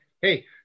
Hey